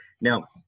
Now